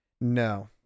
No